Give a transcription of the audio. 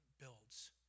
builds